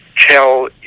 tell